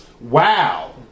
Wow